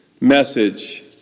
message